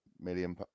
million